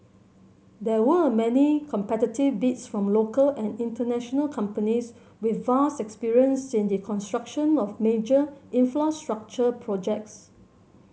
there were many competitive bids from local and international companies with vast experience in the construction of major infrastructure projects